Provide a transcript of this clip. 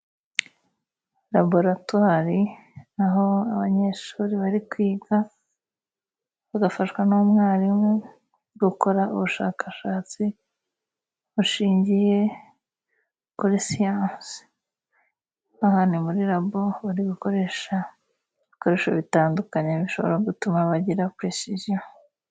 Laboratwari aho abanyeshuri bari kwiga bagafashwa n'umwarimu gukora ubushakashatsi bushingiye kuri siyanse ,aha ni muri labo bari gukoresha ibikoresho bitandukanye bishobora gutuma bagira puresiziyo.